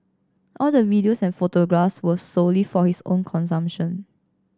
all the videos and photographs were solely for his own consumption